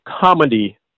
comedy